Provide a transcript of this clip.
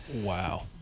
Wow